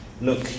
Look